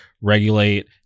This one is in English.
Regulate